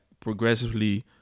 Progressively